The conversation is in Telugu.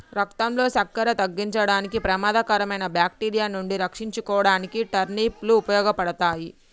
రక్తంలో సక్కెర తగ్గించడానికి, ప్రమాదకరమైన బాక్టీరియా నుండి రక్షించుకోడానికి టర్నిప్ లు ఉపయోగపడతాయి